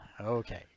Okay